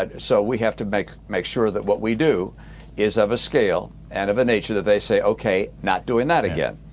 so we have to make make sure that what we do is of a scale and of a nature that they say okay, not doing that again.